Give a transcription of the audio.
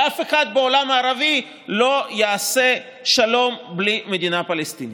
ואף אחד בעולם הערבי לא יעשה שלום בלי מדינה פלסטינית.